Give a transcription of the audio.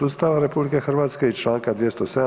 Ustava RH i Članka 207.